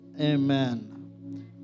Amen